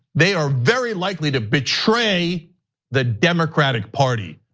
they are very likely to betray the democratic party.